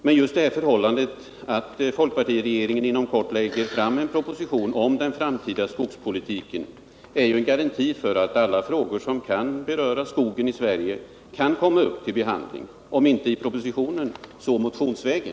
Men just det förhållandet att folkpartiregeringen inom kort lägger fram en proposition om den framtida skogspolitiken är ju en garanti för att alla frågor som kan beröra skogen i Sverige kommer upp till behandling, om inte i propositionen så motionsvägen.